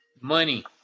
money